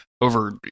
over